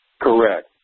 Correct